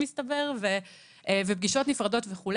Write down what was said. מסתבר ופגישות נפרדות וכו'